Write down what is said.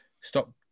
Stop